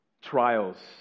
trials